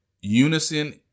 unison